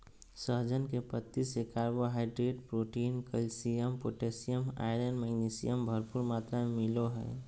सहजन के पत्ती से carbohydrate, protein, calcium, potassium, iron, magnesium, भरपूर मात्रा में मिलो हइ